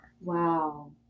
Wow